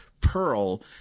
Pearl